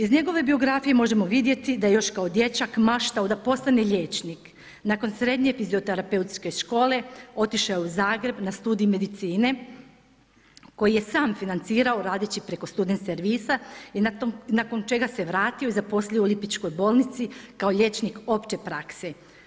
Iz njegove biografije možemo vidjeti da je još kao dječak maštao da postane liječnik, nakon srednje fizioterapeutske škole, otišao je za Zagreb na studij medicine koji je sam financirao radeći preko student servisa i nakon čega se vratio i zaposlio u lipičkoj bolnici kao liječnik opće prakse.